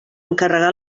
encarregà